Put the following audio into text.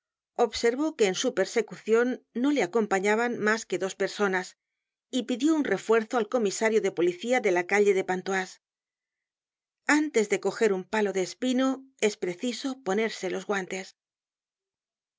observó que en su persecucion no le acompañaban mas que dos personas y pidió un refuerzo al comisario de policía de la calle de pontoise antes de coger un palo de espino es preciso ponerse los guantes